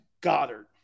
Goddard